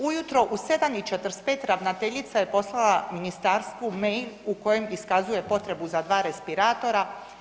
U jutro u 7,45 ravnateljica je poslala ministarstvu mail u kojem iskazuje potrebu za dva respiratora.